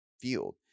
field